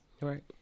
Right